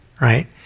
right